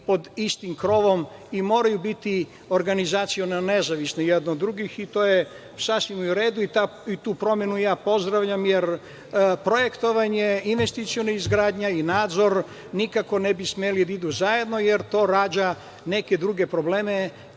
pod istim krovom i moraju biti organizaciono nezavisne jedne od drugih, i to je sasvim u redu i tu promenu ja pozdravljam, jer projektovanje, investiciona izgradnja i nadzor nikako ne bi smeli da idu zajedno, jer to rađa neke druge probleme